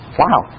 wow